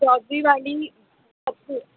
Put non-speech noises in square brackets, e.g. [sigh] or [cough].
[unintelligible] वाली [unintelligible]